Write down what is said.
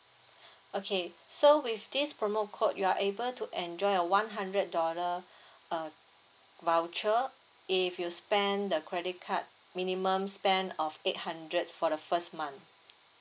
okay so with this promo code you are able to enjoy a one hundred dollar uh voucher if you spend the credit card minimum spend of eight hundred for the first month